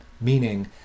meaning